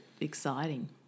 exciting